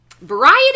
Variety